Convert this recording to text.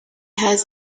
has